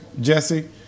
Jesse